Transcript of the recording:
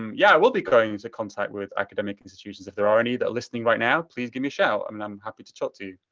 um yeah i will be going into contact with academic institutions. if there are any that are listening right now, please give me a shout. i mean, i'm happy to talk to you.